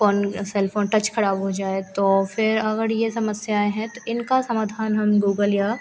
phone cell phone touch खराब हो जाए तो फिर अगर यह समस्या है तो इनका समाधान हम गूगल या